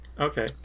Okay